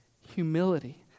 humility